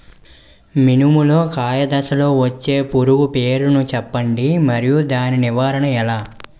మినుము లో కాయ దశలో వచ్చే పురుగు పేరును తెలపండి? మరియు దాని నివారణ ఎలా?